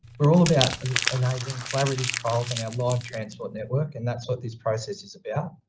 we're all about enabling clarity of trials on our live transport network and that's what this process is about.